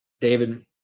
David